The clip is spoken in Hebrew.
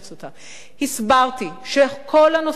הסברתי שכל הנושא של הדרת נשים